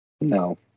No